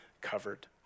covered